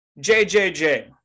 JJJ